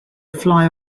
fly